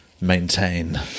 maintain